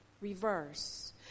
reverse